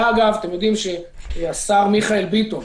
אתם יודעים שהשר מיכאל ביטון,